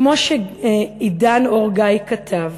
כמו שאידן אור-גיא כתב,